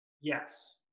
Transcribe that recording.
yes